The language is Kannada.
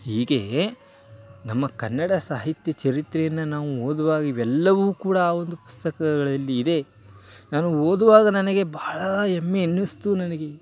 ಹೀಗೇ ನಮ್ಮ ಕನ್ನಡ ಸಾಹಿತ್ಯ ಚರಿತ್ರೆಯನ್ನು ನಾವು ಓದುವಾಗ ಇವೆಲ್ಲವೂ ಕೂಡ ಆ ಒಂದು ಪುಸ್ತಕಗಳಲ್ಲಿ ಇದೆ ನಾನು ಓದುವಾಗ ನನಗೆ ಬಹಳ ಹೆಮ್ಮೆ ಅನ್ನಿಸ್ತು ನನಗೆ